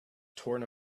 torn